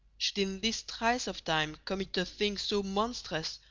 should in this trice of time commit a thing so monstrous,